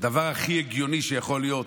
דבר הכי הגיוני שיכול להיות: